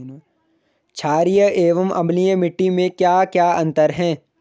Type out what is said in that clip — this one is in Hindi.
छारीय एवं अम्लीय मिट्टी में क्या क्या अंतर हैं?